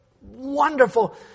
wonderful